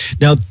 Now